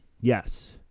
Yes